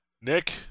Nick